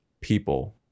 people